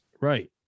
Right